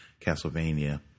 Castlevania